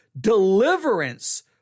Deliverance